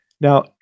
Now